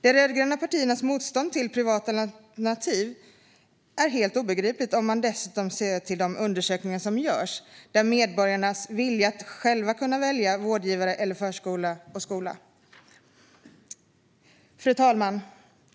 De rödgröna partiernas motstånd till privata alternativ är helt obegripligt om man dessutom ser till de undersökningar som görs om medborgarnas vilja att själva kunna välja vårdgivare, förskola eller skola. Fru talman!